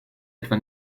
etwa